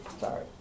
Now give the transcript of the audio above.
Sorry